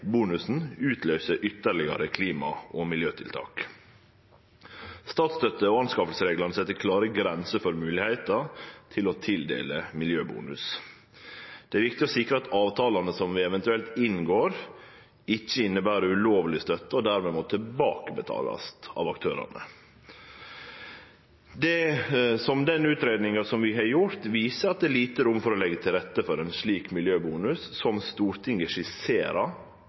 bonusen utløyser ytterlegare klima- og miljøtiltak. Statsstøtte- og innkjøpsreglane set klare grenser for moglegheita til å tildele miljøbonus. Det er viktig å sikre at avtalane som vi eventuelt inngår, ikkje inneber ulovleg støtte og dermed må tilbakebetalast av aktørane. Den utgreiinga vi har gjort, viser at det er lite rom for å leggje til rette for ein slik miljøbonus som Stortinget